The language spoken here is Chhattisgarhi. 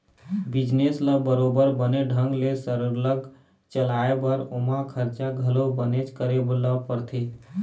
बिजनेस ल बरोबर बने ढंग ले सरलग चलाय बर ओमा खरचा घलो बनेच करे ल परथे